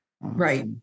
Right